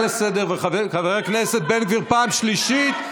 לסדר ולחבר הכנסת בן גביר פעם שלישית.